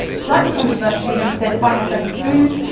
slightly controversially he said, if i have better food,